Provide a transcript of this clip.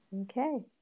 Okay